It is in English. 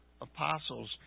apostles